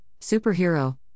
superhero